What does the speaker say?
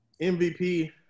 MVP